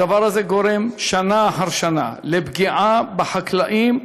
הדבר הזה גורם שנה אחר שנה לפגיעה בחקלאים,